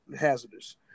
hazardous